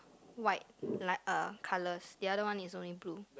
white like a colours the other one is only blue